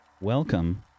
Welcome